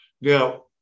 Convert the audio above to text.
Now